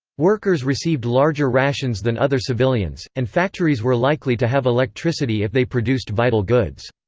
workers received larger rations than other civilians, and factories were likely to have electricity if they produced vital goods.